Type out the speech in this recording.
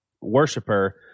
worshiper